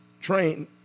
trained